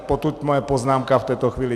Potud moje poznámka v této chvíli.